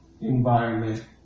environment